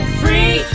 free